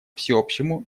всеобщему